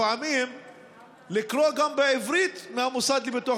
לפעמים לקרוא גם בעברית מהמוסד לביטוח